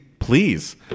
Please